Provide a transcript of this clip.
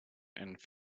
and